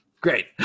Great